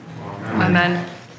Amen